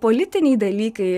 politiniai dalykai